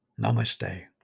Namaste